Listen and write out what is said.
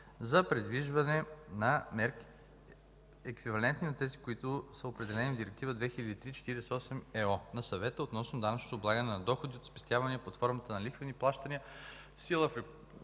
за придвижване на мерки, еквивалентни на тези, които са определени в Директива 2003/48/ЕО на Съвета относно данъчното облагане на доходите, спестявани под формата на лихвени плащания, в сила в Република